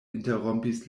interrompis